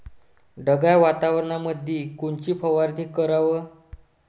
ढगाळ वातावरणामंदी कोनची फवारनी कराव?